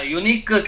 unique